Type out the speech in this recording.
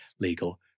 legal